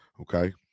okay